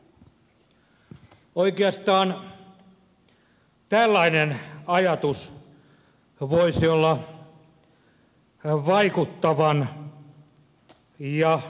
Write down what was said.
oikeastaan tällainen ajatus voisi olla vaikuttavan ja kannustavan kehitysyhteistyön tavoite